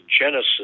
genesis